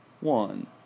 one